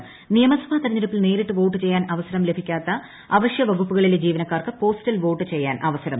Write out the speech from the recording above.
Idukki postal vote നിയമസഭാ തെരഞ്ഞെടുപ്പിൽ നേരിട്ട് വോട്ട് ചെയ്യാൻ അവസരം ലഭിക്കാത്ത അവശ്യവകുപ്പുകളിലെ ജീവനക്കാർക്ക് പോസ്റ്റൽ വോട്ട് ചെയ്യാൻ അവസരം